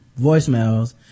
voicemails